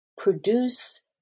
produce